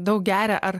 daug geria ar